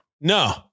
No